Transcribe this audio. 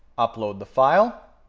upload the file.